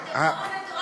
הייתי שם ושמעתי את זה.